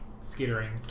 skittering